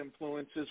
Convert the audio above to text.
influences